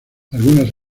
algunas